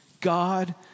God